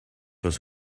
was